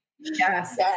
Yes